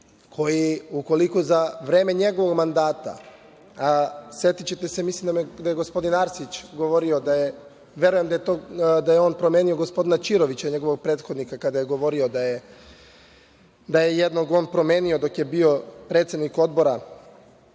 koji, ukoliko za vreme njegovog mandata, a setićete se, mislim da je gospodin Arsić govorio, verujem da je on promenio gospodina Ćirovića njegovog prethodnika, kada je govorio da je jednog on promenio dok je bio predsednik Odbora